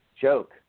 joke